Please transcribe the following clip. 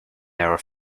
their